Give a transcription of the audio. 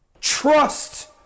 Trust